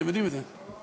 אתם יודעים את זה.